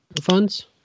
funds